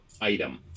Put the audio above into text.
item